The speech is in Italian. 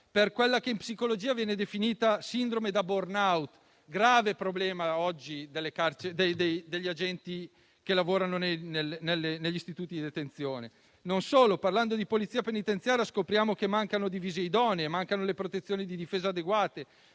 per quella che in psicologia viene definita sindrome da *burnout*, un grave problema per gli agenti che oggi lavorano negli istituti di detenzione. Non solo: parlando di Polizia penitenziaria, scopriamo che mancano divise idonee e protezioni di difesa adeguate,